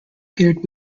paired